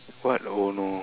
what oh no